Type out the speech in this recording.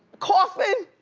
coughin'?